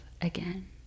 again